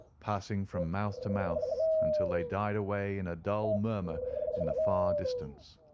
passing from mouth to mouth until they died away in a dull murmur in the far distance.